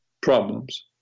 problems